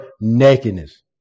nakedness